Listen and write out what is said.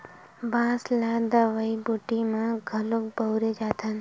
बांस ल दवई बूटी म घलोक बउरे जाथन